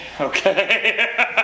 okay